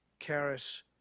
Karis